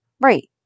Right